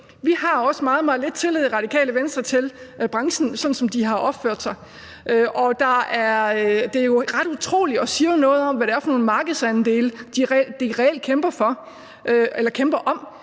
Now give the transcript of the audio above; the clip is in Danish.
Venstre også meget, meget lidt tillid til branchen, sådan som den har opført sig. Det er ret utroligt, og det siger jo noget om, hvad det er for nogle markedsandele, de reelt kæmper om, når de nu